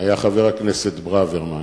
היה חבר הכנסת ברוורמן.